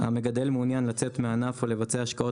המגדל מעוניין לצאת מהענף או לבצע השקעות